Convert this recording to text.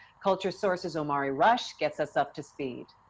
culturesource's omari rush, gets us up to speed.